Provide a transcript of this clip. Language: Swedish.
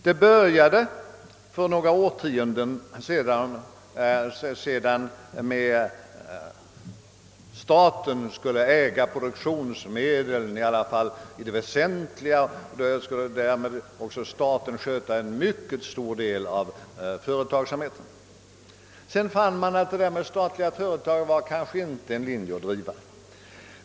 Man började för många årtionden sedan med att säga att staten skulle äga produktionsmedlen, i alla fall de mest vä sentliga. Därmed skulle också staten sköta en mycket stor del av företagsamheten. Sedan fann man att detta med statliga företag kanske inte var någon lämplig linje att driva.